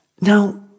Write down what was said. Now